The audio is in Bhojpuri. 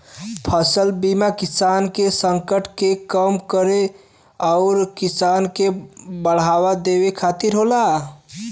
फसल बीमा किसान के संकट के कम करे आउर किसान के बढ़ावा देवे खातिर होला